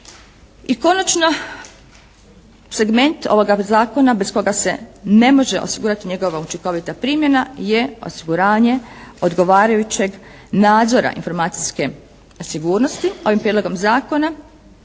I konačno, segment ovoga zakona bez koga se ne može osigurati njegova učinkovita primjena, je osiguranje odgovarajućeg nadzora informacijske sigurnosti. Ovim prijedlogom zakona